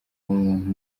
umuntu